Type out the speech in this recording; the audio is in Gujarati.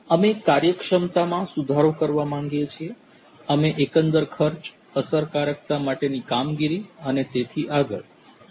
અમે કાર્યક્ષમતામાં સુધારો કરવા માંગીએ છીએ અમે એકંદર ખર્ચ અસરકારકતા માટેની કામગીરી અને તેથી આગળ આ બધું વધારવા માંગીએ છીએ